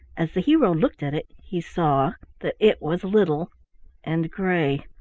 as the hero looked at it he saw that it was little and gray.